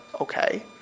okay